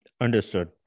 Understood